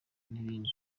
n’ibindi